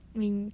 mình